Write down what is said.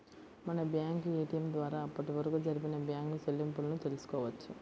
మనం bank ATM ద్వారా అప్పటివరకు జరిపిన బ్యేంకు చెల్లింపులను తెల్సుకోవచ్చు